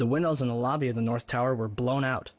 the windows in the lobby of the north tower were blown out